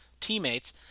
teammates